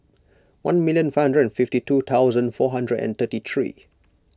one million five hundred fifty two thousand four hundred and thirty three